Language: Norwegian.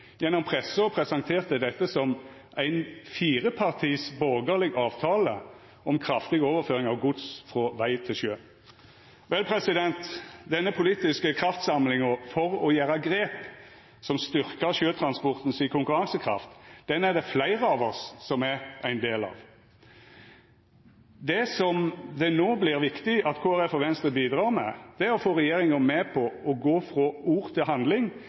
gjennom pressa presenterte dette som ein firepartis borgarleg avtale om kraftig overføring av gods frå veg til sjø. Vel – denne politiske kraftsamlinga for å ta grep som styrkjer konkurransekrafta til sjøtransporten, den er det fleire av oss som er ein del av. Det som det no vert viktig at Kristeleg Folkeparti og Venstre bidreg med, er å få regjeringa med på å gå frå ord til handling